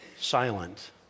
silent